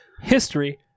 history